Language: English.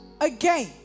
again